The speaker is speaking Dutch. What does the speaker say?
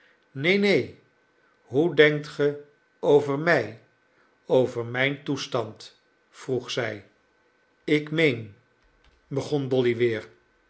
neen neen hoe denkt ge over mij over mijn toestand vroeg zij ik meen begon dolly weer